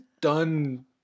done